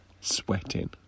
sweating